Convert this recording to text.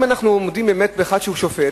אם אנחנו עוסקים באדם שהוא שופט,